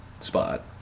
spot